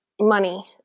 money